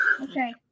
Okay